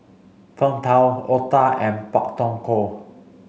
Png Tao Otah and Pak Thong Ko